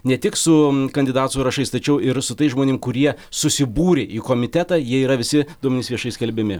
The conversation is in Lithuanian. ne tik su kandidatų sąrašais tačiau ir su tais žmonėm kurie susibūrė į komitetą jie yra visi duomenys viešai skelbiami